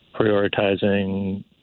Prioritizing